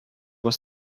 was